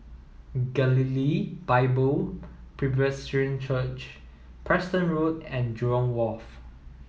Galilee Bible Presbyterian Church Preston Road and Jurong Wharf